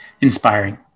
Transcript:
inspiring